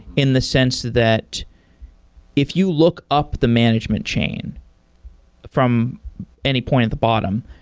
in the sense that if you look up the management chain from any point at the bottom,